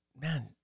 man